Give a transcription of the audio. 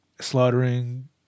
slaughtering